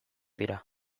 dira